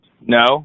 No